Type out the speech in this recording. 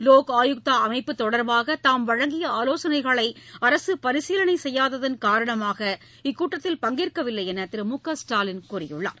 லோக் ஆயுக்தா அமைப்பு தொடர்பாக தாம் வழங்கிய ஆலோசனைகளை அரசு பரிசீலனை செய்யாததன் காரணமாக இக்கூட்டத்தில் பங்கேற்கவில்லை என்று திரு மு க ஸ்டாலின் கூறியுள்ளார்